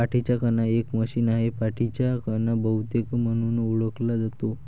पाठीचा कणा एक मशीन आहे, पाठीचा कणा बहुतेक म्हणून ओळखला जातो